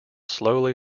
slowly